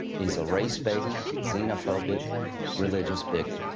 he's a race-baiting, xenophopic religious bigot.